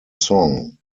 song